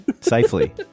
Safely